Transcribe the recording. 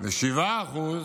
ו-7%